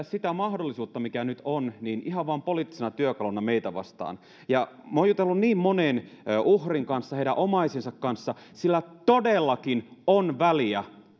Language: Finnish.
sitä mahdollisuutta mikä nyt on ihan vain poliittisena työkaluna meitä vastaan minä olen jutellut niin monen uhrin kanssa heidän omaisiensa kanssa sillä todellakin on väliä